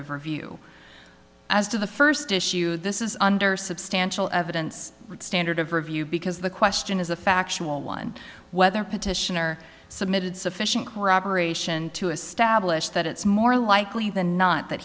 of review as to the first issue this is under substantial evidence standard of review because the question is a factual one whether petitioner submitted sufficient corroboration to establish that it's more likely than not that